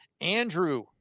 Andrew